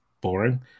boring